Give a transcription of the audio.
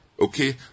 Okay